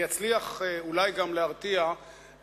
ואולי יצליח להרתיע